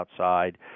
outside